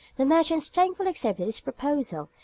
the merchants thankfully accepted his proposal,